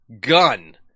gun